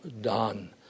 done